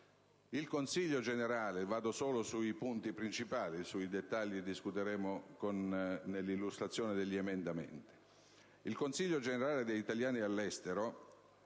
del Consiglio generale degli italiani all'estero